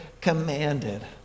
commanded